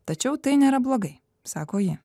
tačiau tai nėra blogai sako ji